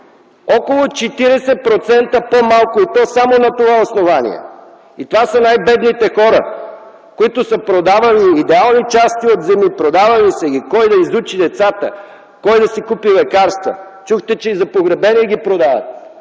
около 40% по-малко, и то само на това основание! Това са най-бедните хора, които са продавали или давали части от земи. Продавали са ги кой да изучи децата си, кой да си купи лекарства. Чухте, че ги продават